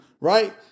right